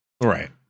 right